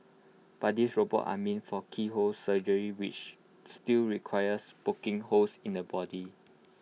but these robots are meant for keyhole surgery which still requires poking holes in the body